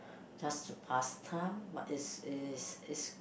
just to pass time but it's it's it's